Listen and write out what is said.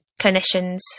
clinicians